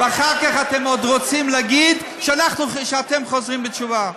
ואחר כך אתם עוד רוצים להגיד שאתם חוזרים בתשובה.